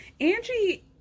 Angie